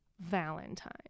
Valentine